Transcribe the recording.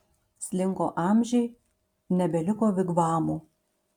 slinko amžiai nebeliko vigvamų